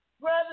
Brother